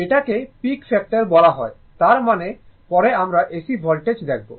এটাকে peak factor বলা হয় তার মানে পরে আমরা AC ভোল্টেজ দেখব